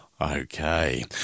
Okay